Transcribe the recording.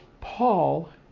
Paul